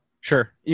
Sure